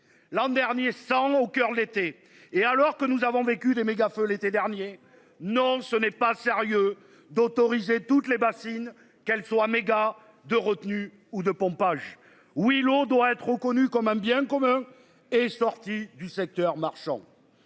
L'an dernier 100 au coeur l'été et alors que nous avons vécu des méga-feux l'été dernier. Non ce n'est pas sérieux d'autoriser toutes les bassines, qu'elle soit méga de retenue ou de pompage. Oui, l'eau doit être reconnue comme un bien commun est sorti du secteur marchand.